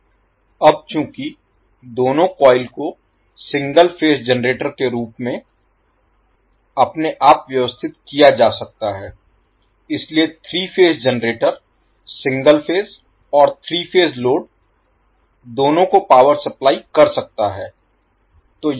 CONTINUE अब चूंकि दोनों कॉइल को सिंगल फेज जनरेटर के रूप में अपने आप व्यवस्थित किया जा सकता है इसलिए 3 फेज जनरेटर सिंगल फेज और 3 फेज लोड दोनों को पावर सप्लाई कर सकता है